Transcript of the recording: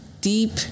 deep